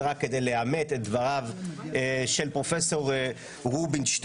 זה רק כדי לאמת את דבריו של פרופ' רובינשטיין.